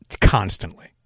constantly